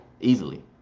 easily